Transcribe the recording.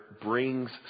brings